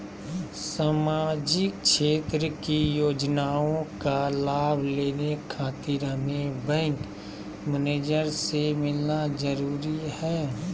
सामाजिक क्षेत्र की योजनाओं का लाभ लेने खातिर हमें बैंक मैनेजर से मिलना जरूरी है?